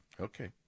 Okay